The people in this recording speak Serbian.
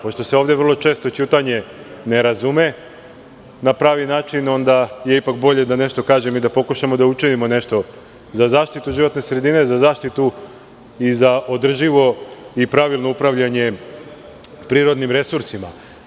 Pošto se ovde vrlo često ćutanje ne razume na pravi način, onda je ipak bolje da nešto kažem i da pokušamo da učinimo nešto za zaštitu životne sredine, za zaštitu i za održivo i pravilno upravljanje prirodnim resursima.